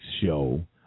show